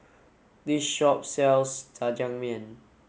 this shop sells Jajangmyeon